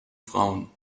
frauen